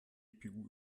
gpu